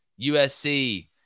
USC